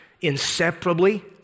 inseparably